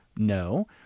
No